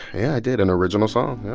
yeah, i did an original song. yeah